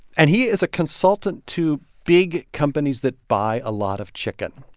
and he is a consultant to big companies that buy a lot of chicken,